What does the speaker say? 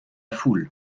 foule